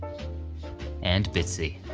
and bitsy.